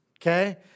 Okay